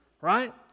right